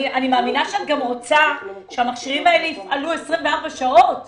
אני מאמינה שאת גם רוצה שהמכשירים האלה יפעלו 24 שעות ביממה,